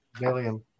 Million